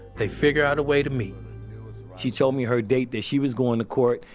they figured out a way to meet she told me her date that she was going to court,